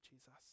Jesus